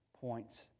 points